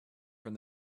from